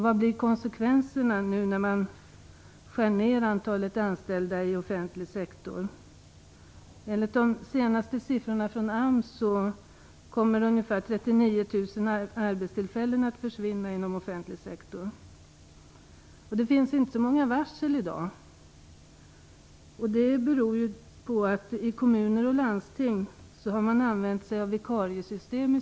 Vad blir konsekvenserna när man nu skär ned antalet anställda i offentlig sektor? Enligt de senaste siffrorna från AMS kommer ca 39 000 arbetstillfällen att försvinna inom offentlig sektor. Det förekommer inte så många varsel i dag, vilket beror på att man inom kommuner och landsting i stor utsträckning har använt sig av vikariesystem.